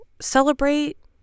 celebrate